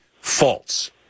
false